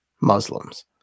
Muslims